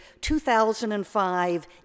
2005